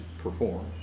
perform